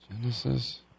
Genesis